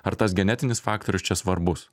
ar tas genetinis faktorius čia svarbus